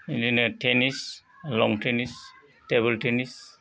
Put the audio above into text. बिदिनो टेनिस लं tennis table tennis